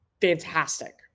fantastic